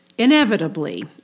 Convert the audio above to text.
Inevitably